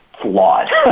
flawed